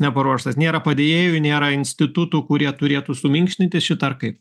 neparuoštas nėra padėjėjų nėra institutų kurie turėtų suminkštinti šitą ar kaip